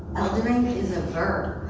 eldering is a verb,